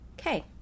okay